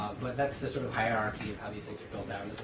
but that's the sort of hierarchy of how these things are build out.